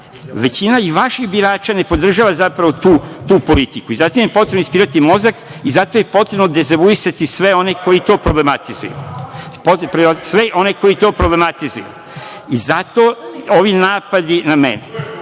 vrat. Većina i vaših birača ne podržava zapravo tu politiku i zatim je potrebno ispirati mozak i zato je potrebno dezavuisati sve one koji to problematizuju. I zato ovi napadi na mene.